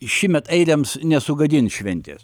šįmet airiams nesugadins šventės